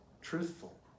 truthful